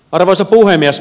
arvoisa puhemies